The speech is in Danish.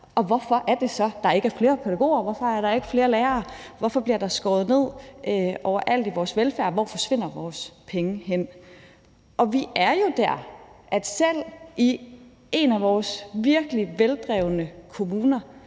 hvorfor er det så, at der ikke er flere pædagoger? Hvorfor er der ikke flere lærere? Hvorfor bliver der skåret ned overalt i vores velfærd? Hvor forsvinder vores penge hen? Og vi er jo der, hvor det selv i en af vores virkelig veldrevne kommuner